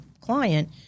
client